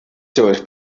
joves